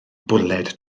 bwled